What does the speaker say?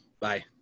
Bye